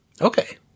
Okay